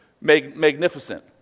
magnificent